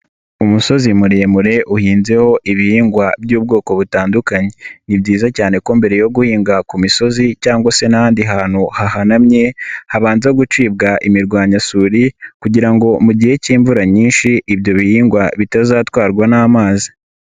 Umusozi muremure uhinzeho ibihingwa by'ubwoko butandukanye. Ni byiza cyane ko mbere yo guhinga ku misozi cyangwa se n'ahandi hantu hahanamye, habanza gucibwa imirwanyasuri kugira ngo mu gihe cy'imvura nyinshi ibyo bihingwa bitazatwarwa n'amazi.